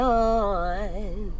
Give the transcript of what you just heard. on